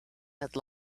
had